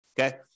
Okay